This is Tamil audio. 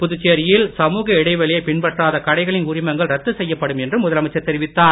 புதுச்சேரியில் சமூக இடைவெளியை பின்பற்றாத கடைகளின் உரிமங்கள் ரத்து செய்யப்படும் என்றும் முதலமைச்சர் தெரிவித்தார்